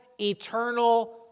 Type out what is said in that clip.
eternal